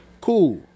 Cool